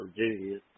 Virginia